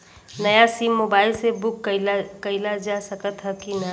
नया SIM mobile से book कइलजा सकत ह कि ना?